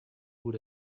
would